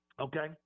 okay